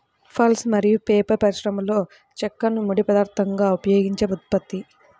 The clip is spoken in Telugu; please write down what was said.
పల్ప్ మరియు పేపర్ పరిశ్రమలోచెక్కను ముడి పదార్థంగా ఉపయోగించే ఉత్పత్తి